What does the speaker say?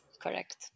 correct